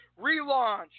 Relaunch